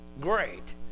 great